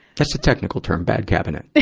that's the technical term, bad cabinet.